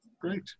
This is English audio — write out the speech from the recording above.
Great